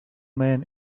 men